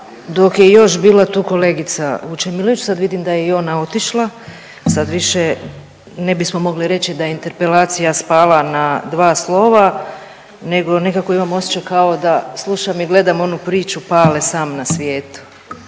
dok je još bila tu kolegica Vučemilović, sad vidim da je i ona otišla, pa sad više ne bismo mogli reći da je interpelacija spala na dva slova nego nekako imam osjećaj kao da slušam i gledam onu priču „Pale sam na svijetu“